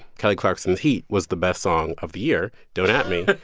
kelly clarkson's heat was the best song of the year, don't at me,